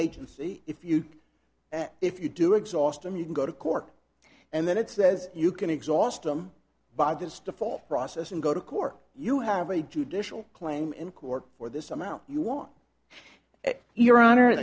agent if you if you do exhaust and you can go to court and then it says you can exhaust them by this default process and go to court you have a judicial claim in court for this amount you want your honor